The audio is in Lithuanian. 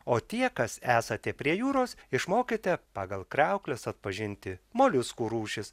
o tie kas esate prie jūros išmokite pagal kriaukles atpažinti moliuskų rūšis